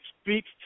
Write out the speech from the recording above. speaks